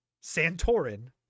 santorin